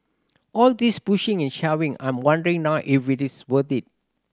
all this pushing and shoving I'm wondering now if it is worth it